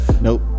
Nope